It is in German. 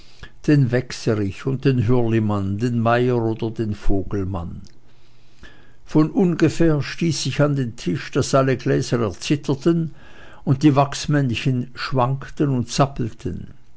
den wächserich und den hürlimann den meyer oder den vogelmann von ungefähr stieß ich an den tisch daß alle gläser erzitterten und die wachsmännchen schwankten und zappelten